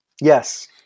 Yes